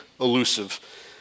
elusive